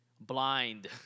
Blind